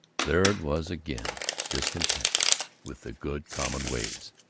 there it was again discontent with the good common ways.